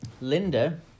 Linda